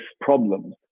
problems